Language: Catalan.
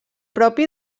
propi